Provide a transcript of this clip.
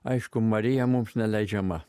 aišku marija mums neleidžiama